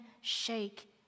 shake